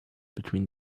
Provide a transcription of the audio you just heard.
between